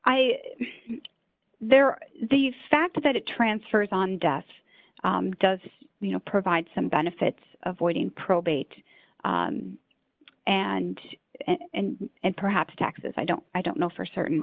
i there the fact that it transfers on death does you know provide some benefits avoiding probate and and and perhaps taxes i don't i don't know for certain